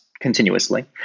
continuously